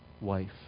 wife